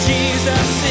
Jesus